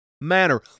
manner